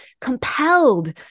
compelled